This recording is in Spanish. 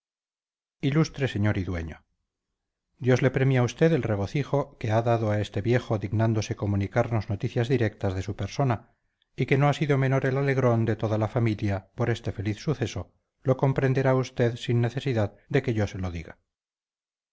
ilustre señor y dueño dios le premie a usted el regocijo que ha dado a este viejo dignándose comunicarnos noticias directas de su persona y que no ha sido menor el alegrón de toda la familia por este feliz suceso lo comprenderá usted sin necesidad de que yo se lo diga